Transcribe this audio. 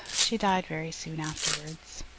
she died very soon afterwards.